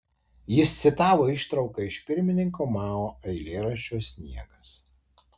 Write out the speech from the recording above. jis citavo ištrauką iš pirmininko mao eilėraščio sniegas